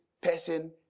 person